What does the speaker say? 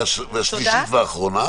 והשלישית והאחרונה.